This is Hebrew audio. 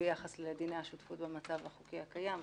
ביחס לדיני השותפות במצב החוקי הקיים,